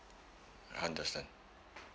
understand